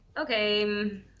okay